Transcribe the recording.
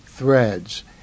threads